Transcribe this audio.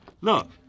look